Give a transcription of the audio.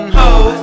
hoes